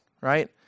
right